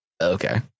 Okay